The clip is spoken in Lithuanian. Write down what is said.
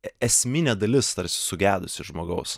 esminė dalis tarsi sugedusi žmogaus